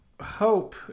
hope